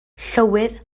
llywydd